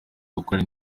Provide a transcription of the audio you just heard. gukorana